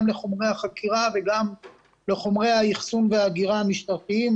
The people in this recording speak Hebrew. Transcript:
לחומרי החקירה וגם לחומרי האחסון והאגירה המשטרתיים.